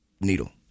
needle